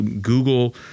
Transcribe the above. Google